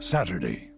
Saturday